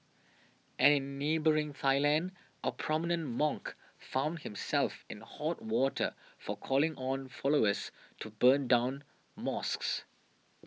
and in neighbouring Thailand a prominent monk found himself in hot water for calling on followers to burn down mosques